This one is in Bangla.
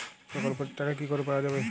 প্রকল্পটি র টাকা কি করে পাওয়া যাবে?